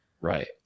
right